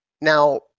Now